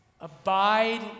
Abide